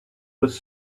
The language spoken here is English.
was